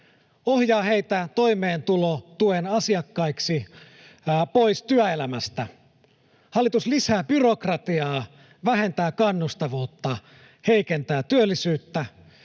ohjaa heitä toimeentulotuen asiakkaiksi pois työelämästä — hallitus lisää byrokratiaa, vähentää kannustavuutta, heikentää työllisyyttä